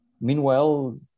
Meanwhile